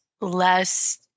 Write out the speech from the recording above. less